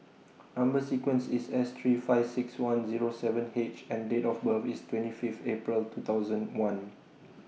Number sequence IS S three nine five six one Zero seven H and Date of birth IS twenty Fifth April two thousand one